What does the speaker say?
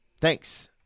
Thanks